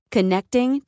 Connecting